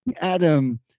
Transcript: Adam